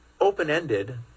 open-ended